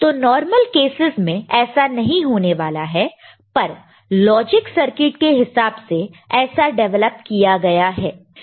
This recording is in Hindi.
तो नॉर्मल केसेस में ऐसा नहीं होने वाला है पर लॉजिक सर्किट के हिसाब से ऐसा डिवेलप किया गया है